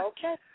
Okay